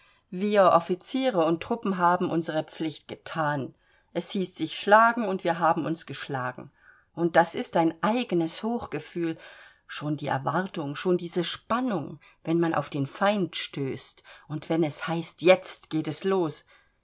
wir offiziere und truppen haben unsere pflicht gethan es hieß sich schlagen und wir haben uns geschlagen und das ist ein eigenes hochgefühl schon die erwartung schon diese spannung wenn man auf den feind stößt und wenn es heißt jetzt geht es los